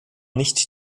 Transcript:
nicht